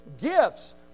gifts